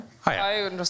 Hi